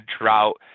drought